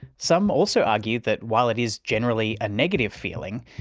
some also argue that while it is generally a negative feeling,